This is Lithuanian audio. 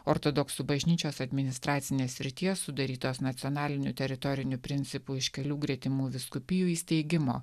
ortodoksų bažnyčios administracinės srities sudarytos nacionaliniu teritoriniu principu iš kelių gretimų vyskupijų įsteigimo